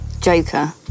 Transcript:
Joker